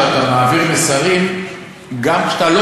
שאתה מעביר מסרים גם כשאתה,